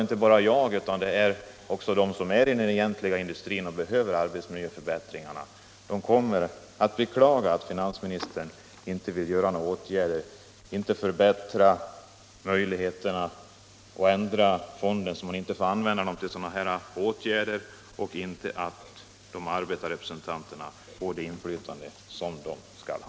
Inte bara jag utan också de som arbetar inom den egentliga industrin fondsmedel och som behöver arbetsmiljöförbättringar beklagar att finansministern inte vill vidta några åtgärder för att förhindra att fonderna används till mindre angelägna ändamål och för att tillförsäkra arbetarrepresentanterna det inflytande som de skall ha.